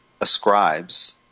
ascribes